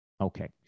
Okay